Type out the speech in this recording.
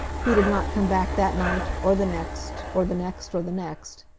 he did not come back that night, or the next, or the next, or the next.